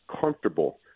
comfortable